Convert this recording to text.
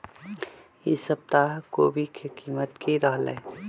ई सप्ताह कोवी के कीमत की रहलै?